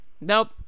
Nope